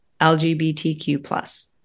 LGBTQ+